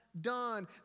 done